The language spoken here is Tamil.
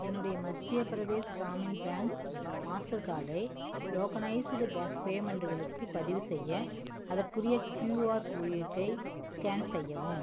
என்னுடைய மத்திய பிரதேஷ் க்ராமின் பேங்க் மாஸ்டர் கார்டை டோக்கனைஸ்டு பே பேமெண்டுகளுக்கு பதிவு செய்ய அதற்குரிய க்யூஆர் குறியீட்டை ஸ்கேன் செய்யவும்